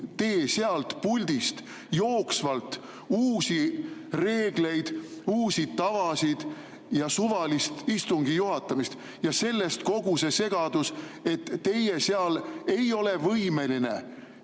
tee seal puldis jooksvalt uusi reegleid, uusi tavasid ja suvalist istungi juhatamist. Ja sellest kogu see segadus, et teie seal ei ole võimeline